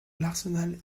l’arsenal